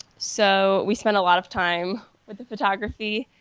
so we spent a lot of time with the photography,